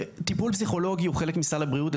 טיפול פסיכולוגי הוא חלק מסל הבריאות,